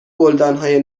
گلدانهای